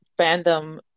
fandom